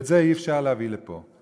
את זה אי-אפשר להביא לפה.